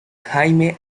jaime